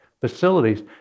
facilities